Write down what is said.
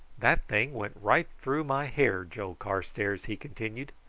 that thing went right through my hair, joe carstairs, he continued.